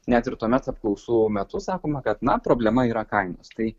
net ir tuomet apklausų metu sakoma kad na problema yra kainos tai